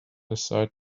aside